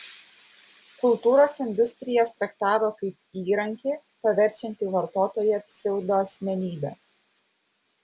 kultūros industrijas traktavo kaip įrankį paverčiantį vartotoją pseudoasmenybe